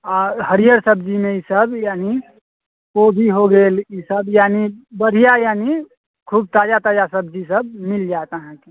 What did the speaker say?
आओर हरियर सब्जीमे ई सभ यानि कोबी हो गेल ई सभ यानि बढ़िआँ यानि खूब ताजा ताजा सब्जी सभ मिल जायत अहाँके